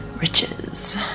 riches